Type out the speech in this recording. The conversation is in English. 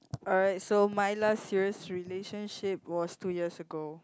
alright so my last serious relationship was two years ago